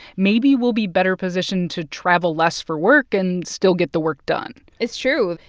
maybe we'll be better positioned to travel less for work and still get the work done it's true.